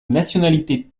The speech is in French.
nationalité